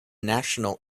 national